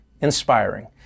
inspiring